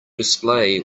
display